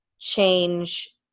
change